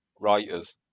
writers